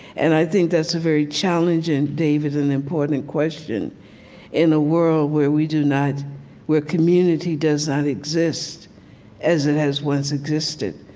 and i think that's a very challenging, david, and important question in a world where we do not where community does not exist as it has once existed,